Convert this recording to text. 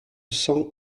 cent